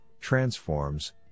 transforms